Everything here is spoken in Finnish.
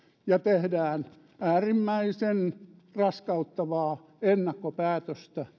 ja tehdään tässä asiassa äärimmäisen raskauttavaa ennakkopäätöstä